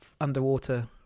underwater